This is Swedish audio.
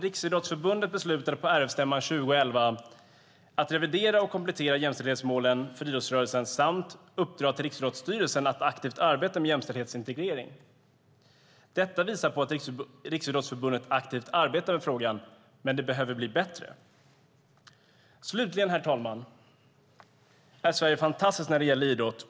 Riksidrottsförbundet beslutade på RF-stämman 2011 att revidera och komplettera jämställdhetsmålen för idrottsrörelsen samt att uppdra till Riksidrottsstyrelsen att aktivt arbeta med jämställdhetsintegrering. Detta visar att Riksidrottsförbundet aktivt arbetar med frågan, men det behöver bli bättre. Slutligen, herr talman, är Sverige fantastiskt när det gäller idrott.